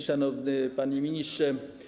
Szanowny Panie Ministrze!